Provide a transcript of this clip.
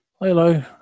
Hello